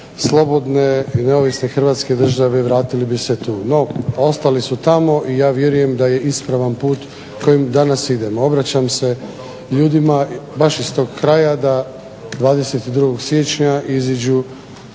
slobodne i neovisne Hrvatske države vratili bi se tu. NO, ostali su tamo i ja vjerujem da je ispravan put kojim danas idemo. Obraćam se ljudima baš iz tog kraja da 22. siječnja iziđu